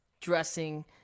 dressing